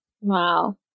wow